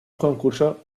concurso